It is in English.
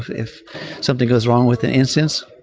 if if something goes wrong with an instance,